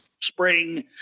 spring